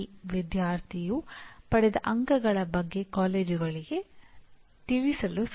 ಸಂಸ್ಥೆಯೊಳಗಿನ ಪರಿಣಾಮಗಳನ್ನು ಗುರುತಿಸುವ ಪ್ರಕ್ರಿಯೆಯು ಮೂಲಭೂತ ಪ್ರಶ್ನೆಗಳ ಚರ್ಚೆಯನ್ನು ಉತ್ತೇಜಿಸಿದಾಗ ಏನಾಗುತ್ತದೆ